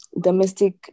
domestic